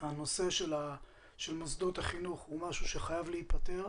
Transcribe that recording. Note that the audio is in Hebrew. הנושא שלן מוסדות החינוך הוא משהו שחייב להיפתר.